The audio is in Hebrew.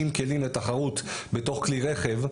60 כלים לתחרות בתוך כלי רכב,